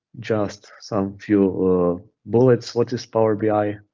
just some few bullets. what is power bi?